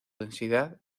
densidad